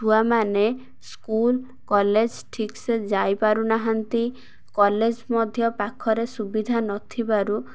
ଛୁଆମାନେ school college ଠିକ୍ସେ ଯାଇପାରୁନାହାନ୍ତି କଲେଜ୍ ମଧ୍ୟ ପାଖରେ ସୁବିଧା ନଥିବାରୁ